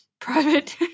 private